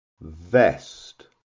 vest